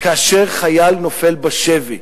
כאשר חייל נופל בשבי.